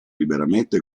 liberamente